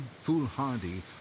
foolhardy